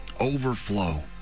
overflow